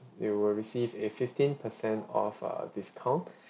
you will receive a fifteen percent of err discount